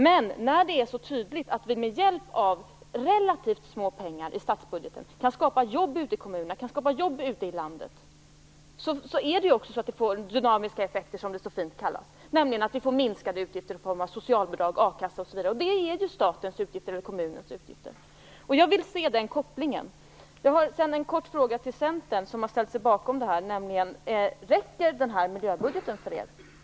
Det är tydligt att vi med hjälp av relativt små medel i statsbudgeten kan skapa jobb ute i landet som får dynamiska effekter, som det så vackert heter. Vi får nämligen minskade utgifter för socialbidrag, a-kassa osv. Det är utgifter för staten och kommunerna. Jag vill se den kopplingen. Jag har en fråga till Centerns representant: Räcker den här miljöbudgeten för er?